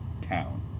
town